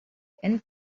and